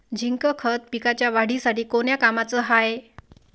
Zinc खत पिकाच्या वाढीसाठी कोन्या कामाचं हाये?